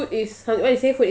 you say food is what